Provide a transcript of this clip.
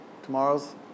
Tomorrow's